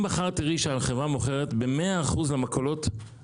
אם מחר תראי שהחברה מוכרת ב-100% יקר יותר למכולות,